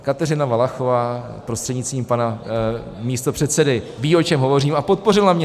Kateřina Valachová prostřednictvím pana místopředsedy ví o čem hovořím, a podpořila mě.